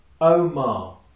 Omar